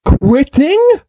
quitting